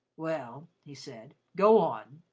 well, he said go on.